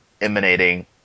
emanating